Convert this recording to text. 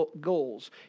goals